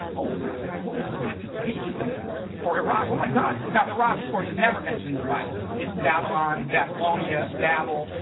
oh gosh, i totally forgot to put egypt in there or iraq, oh my god. now iraq, of course has never mentioned in the bible. it's babylon, babylonia, babel,